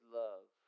love